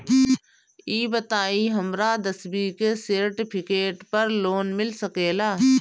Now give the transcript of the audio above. ई बताई हमरा दसवीं के सेर्टफिकेट पर लोन मिल सकेला?